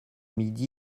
midi